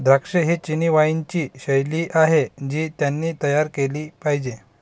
द्राक्षे ही चिनी वाइनची शैली आहे जी त्यांनी तयार केली पाहिजे